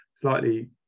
slightly